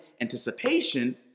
anticipation